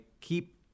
keep